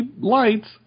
lights